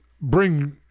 bring